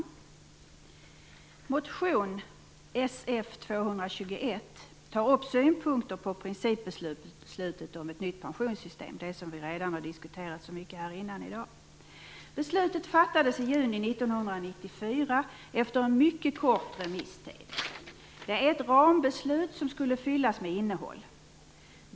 Fru talman! I motion Sf221 tas synpunkter på principbeslutet om ett nytt pensionssystem upp - det som vi redan diskuterat så mycket tidigare här i dag. Beslutet fattades i juni 1994 efter en mycket kort remisstid. Det var ett rambeslut som skulle fyllas med innehåll.